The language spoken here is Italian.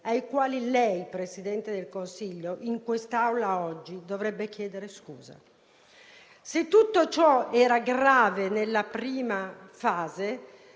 ai quali lei, signor Presidente del Consiglio, in quest'Aula oggi dovrebbe chiedere scusa. Se tutto ciò era grave nella prima ondata,